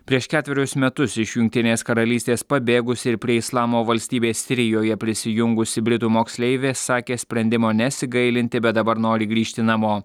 prieš ketverius metus iš jungtinės karalystės pabėgusi ir prie islamo valstybės sirijoje prisijungusi britų moksleivė sakė sprendimo nesigailinti bet dabar nori grįžti namo